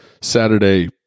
Saturday